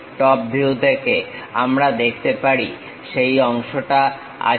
top view থেকে আমরা দেখতে পারি সেই অংশটা আছে